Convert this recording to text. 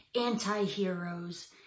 anti-heroes